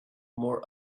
more